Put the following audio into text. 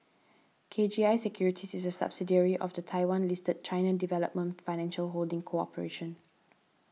K G I Securities is a subsidiary of the Taiwan listed China Development Financial Holding Corporation